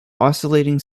oscillating